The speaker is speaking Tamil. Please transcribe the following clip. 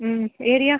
ம் ஏரியா